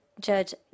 Judge